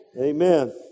Amen